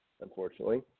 unfortunately